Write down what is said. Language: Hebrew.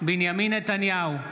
בנימין נתניהו,